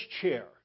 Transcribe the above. chair